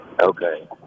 Okay